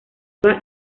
selva